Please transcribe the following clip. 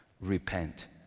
Repent